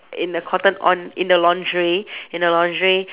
in a cotton on in the lingerie in the lingerie